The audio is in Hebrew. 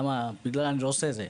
למה בגלל אני לא עושה את זה.